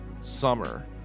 summer